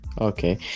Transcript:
okay